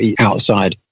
outside